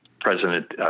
president